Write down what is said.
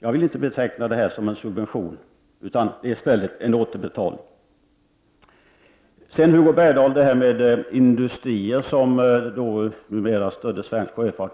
Jag vill inte beteckna detta som en subvention, utan det rör sig i stället om en återbetalning. Hugo Bergdahl talade om industrier som numera stöder svensk sjöfart.